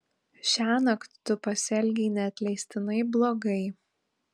šiąnakt tu pasielgei neatleistinai blogai